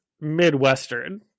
midwestern